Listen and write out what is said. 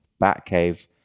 Batcave